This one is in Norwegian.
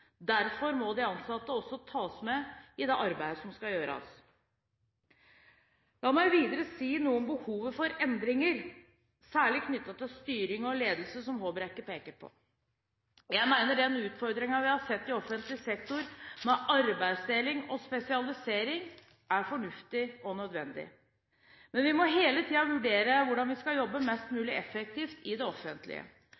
Derfor må de ansatte også tas med i det arbeidet som skal gjøres. La meg videre si noe om behovet for endringer, særlig knyttet til styring og ledelse, som Håbrekke peker på. Jeg mener den utviklingen vi har sett i offentlig sektor, med arbeidsdeling og spesialisering, er fornuftig og nødvendig. Men vi må hele tiden vurdere hvordan vi skal jobbe mest